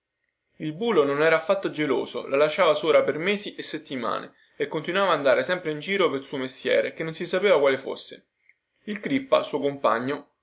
il bulo non era affatto geloso la lasciava sola per mesi e settimane e continuava ad andare sempre in giro pel suo mestiere che non si sapeva quale fosse il crippa suo compagno